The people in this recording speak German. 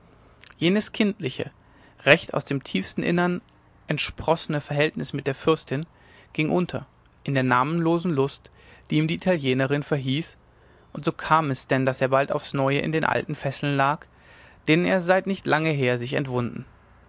jenes kindliche recht aus dem tiefsten innern entsprossene verhältnis mit der fürstin ging unter in der namenlosen lust die ihm die italienerin verhieß und so kam es denn daß er bald aufs neue in den alten fesseln lag denen er seit nicht lange her sich entwunden